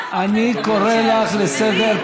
למי דואג חוק הג'ובים?